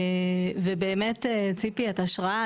ובאמת, ציפי, את השראה.